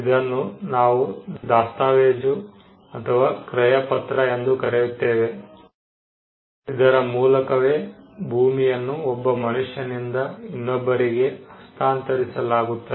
ಇದನ್ನೇ ನಾವು ದಾಸ್ತಾವೇಜು ಅಥವಾ ಕ್ರಯಪತ್ರ ಎಂದು ಕರೆಯುತ್ತೇವೆ ಇದರ ಮೂಲಕವೇ ಭೂಮಿಯನ್ನು ಒಬ್ಬ ಮನುಷ್ಯನಿಂದ ಇನ್ನೊಬ್ಬರಿಗೆ ಹಸ್ತಾಂತರಿಸಲಾಗುತ್ತದೆ